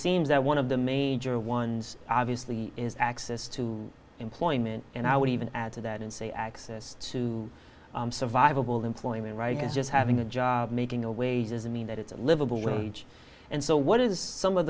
seems that one of the major ones obviously is access to employment and i would even add to that and say access to survivable employment right and just having a job making a wage does it mean that it's a livable wage and so what is some of